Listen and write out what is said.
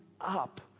up